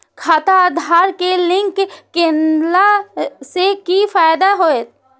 खाता आधार से लिंक केला से कि फायदा होयत?